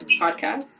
podcast